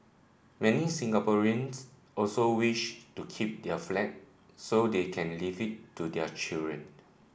many Singaporeans also wish to keep their flat so they can leave it to their children